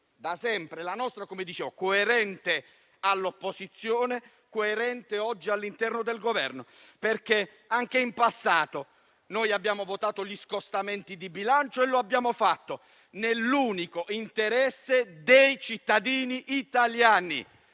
una linea coerente all'opposizione, coerente oggi all'interno del Governo, perché anche in passato abbiamo votato gli scostamenti di bilancio e lo abbiamo fatto nell'unico interesse dei cittadini italiani.